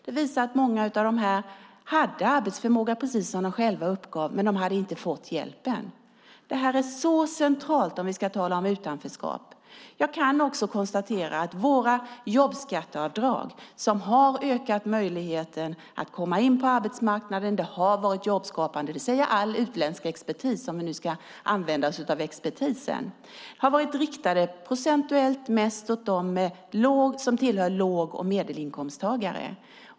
Detta visar att många av de här människorna hade arbetsförmåga, precis som de själva uppgav, men de hade inte fått hjälpen. Detta är så centralt om vi ska tala om utanförskap. Jag kan också konstatera att våra jobbskatteavdrag som har ökat möjligheten att komma in på arbetsmarknaden och som därmed har varit jobbskapande - det säger all utländsk expertis om vi nu ska använda oss av dem - har varit riktade procentuellt mest mot dem som tillhör låg och medelinkomsttagare.